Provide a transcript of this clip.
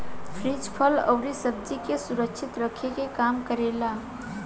fridge फल अउरी सब्जी के संरक्षित रखे के काम करेला